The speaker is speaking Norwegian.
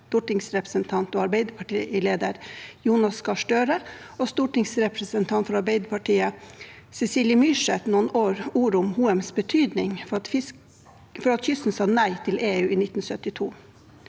stortingsrepresentant og Arbeiderparti-leder, Jonas Gahr Støre, og stortingsrepresentant for Arbeiderpartiet, Cecilie Myrseth, noen ord om Hoems betydning for at kysten sa nei til EU i 1972.